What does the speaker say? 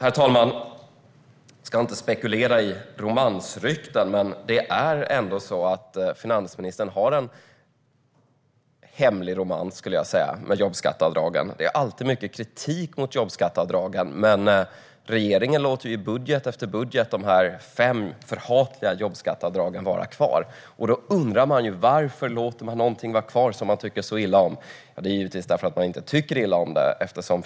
Jag ska inte spekulera i romansrykten, men jag skulle vilja säga att finansministern har en hemlig romans med jobbskatteavdragen. Det är alltid mycket kritik mot jobbskatteavdragen, men regeringen låter de fem förhatliga avdragen vara kvar i budget efter budget. Man undrar varför de låter något vara kvar som de tycker så illa om, men det är givetvis för att de inte tycker illa om dem.